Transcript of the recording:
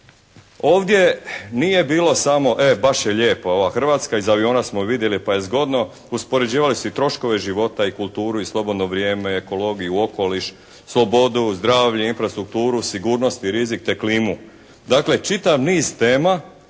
Ovdje nije bilo samo «E baš je lijepa ova Hrvatska. Iz aviona smo ju vidjeli pa je zgodno». Uspoređivali su i troškove života i kulturu i slobodno vrijeme, ekolgoiju, okoliš, slobodu, zdravlje, infrastrukturu, sigurnosti, rizik te klimu. Dakle čitav niz tema